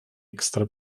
extra